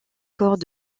corps